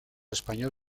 español